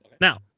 Now